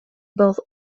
both